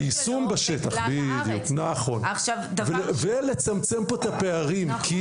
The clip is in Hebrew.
היישום בשטח בדיוק נכון עכשיו ולצמצם פה את הפערים,